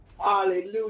Hallelujah